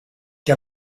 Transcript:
che